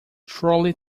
truly